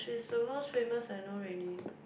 she's the most famous I know already